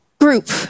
group